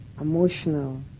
emotional